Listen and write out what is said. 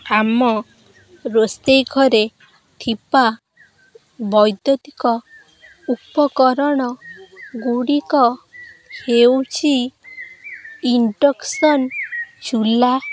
ଆମ ରୋଷେଇ ଘରେ ଥିବା ବୈଦୁତିକ ଉପକରଣଗୁଡ଼ିକ ହେଉଛି ଇଂଡ଼କ୍ସନ୍ ଚୂଲା